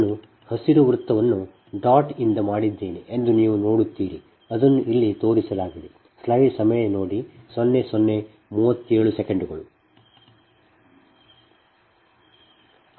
ನಾನು ಹಸಿರು ವೃತ್ತವನ್ನು ಡಾಟ್ ಇಂದ ಮಾಡಿದ್ದೇನೆ ಎಂದು ನೀವು ನೋಡುತ್ತೀರಿ ಅದನ್ನು ಇಲ್ಲಿ ತೋರಿಸಲಾಗಿದೆ